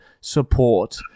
support